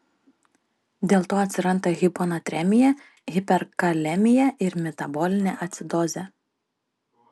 dėlto atsiranda hiponatremija hiperkalemija ir metabolinė acidozė